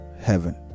heaven